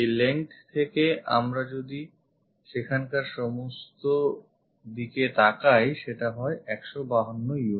এই length থেকে আমরা যদি সেখানকার সমস্ত দিকে তাকাই সেটা হয় 152 units